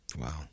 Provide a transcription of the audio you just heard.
Wow